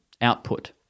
output